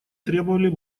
требовали